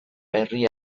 herri